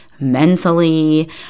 mentally